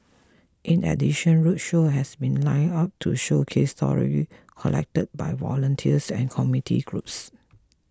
in addition roadshows have been lined up to showcase stories collected by volunteers and community groups